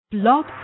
Blog